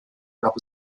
gab